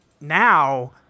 Now